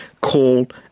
called